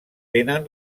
tenen